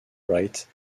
wright